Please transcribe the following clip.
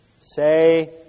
Say